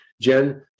Jen